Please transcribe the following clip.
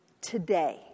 today